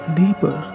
deeper